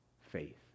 faith